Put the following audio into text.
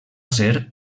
ser